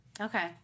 Okay